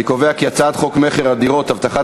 אני קובע כי הצעת חוק המכר (דירות) (הבטחת